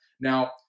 Now